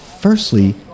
firstly